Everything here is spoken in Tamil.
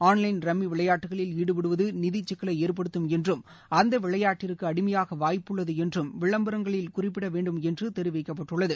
ஆன்லைன் ரம்மி விளையாட்டுகளில் ஈடுபடுவது நிதி சிக்கலை ஏற்படுத்தும் என்றும் அந்த விளையாட்டிற்கு அடிமையாக வாய்ப்புள்ளது என்றும் விளம்பரங்களில் குறிப்பிட வேண்டும் என்று தெரிவிக்கப்பட்டுள்ளது